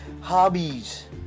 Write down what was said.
hobbies